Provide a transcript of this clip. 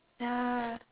ya